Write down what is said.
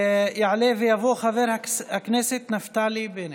יעלה ויבוא חבר הכנסת נפתלי בנט.